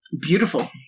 Beautiful